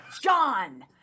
John